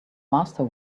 master